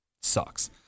sucks